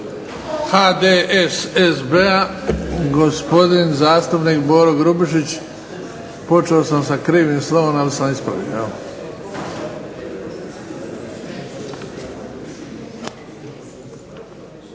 HDSSB-a gospodin zastupnik Boro Grubišić. Počeo sa krivim slovom, ali sam ispravio.